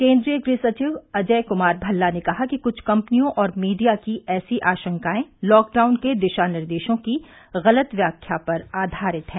केन्द्रीय गृह सचिव अजय क्मार भल्ला ने कहा कि कुछ कम्पनियों और मीडिया की ऐसी आशंकाएं लॉकडाउन के दिशा निर्देशों की गलत व्याख्या पर आधारित हैं